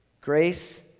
Grace